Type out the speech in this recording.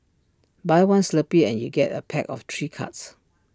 buy one Slurpee and you get A pack of three cards